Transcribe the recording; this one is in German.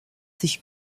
sich